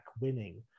winning